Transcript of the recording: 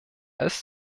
ist